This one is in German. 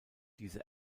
diese